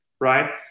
Right